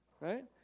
right